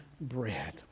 bread